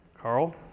Carl